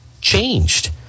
changed